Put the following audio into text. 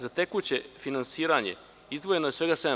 Za ta tekuća finansiranja izdvojeno je svega 7%